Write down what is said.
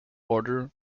order